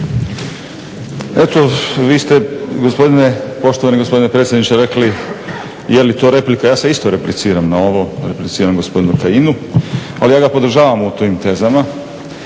Eto vi ste gospodine, poštovani gospodine predsjedniče rekli, je li to replika, ja sada isto repliciram na ovo, repliciram gospodinu Kajinu, ali ja ga podržavam u tim tezama.